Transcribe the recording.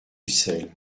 ussel